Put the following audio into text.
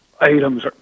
items